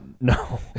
No